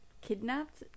kidnapped